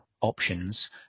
options